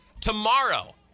Tomorrow